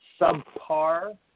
Subpar